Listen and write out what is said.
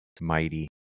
mighty